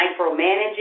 micromanaging